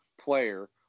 player